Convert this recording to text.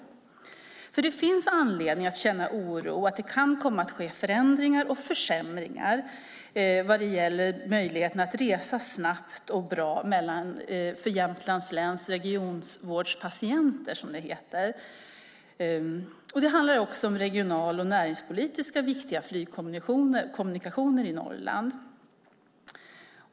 Det finns anledning att känna oro för att det kan komma förändringar och försämringar vad gäller möjligheterna att resa snabbt och bra för Jämtlands läns regionvårdspatienter. Det handlar också om regionalpolitiskt och näringspolitiskt viktiga flygkommunikationer i Norrland.